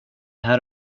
här